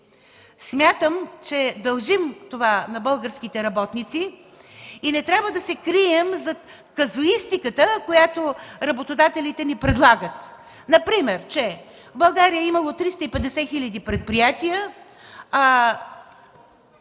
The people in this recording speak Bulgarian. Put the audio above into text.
Смятам, че дължим това на българските работници и не трябва да се крием зад казуистиката, която работодателите ни предлагат. Например, че в България имало 350 хил. предприятия,